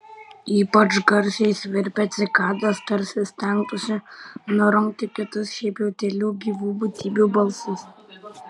ypač garsiai svirpia cikados tarsi stengtųsi nurungti kitus šiaip jau tylių gyvų būtybių balsus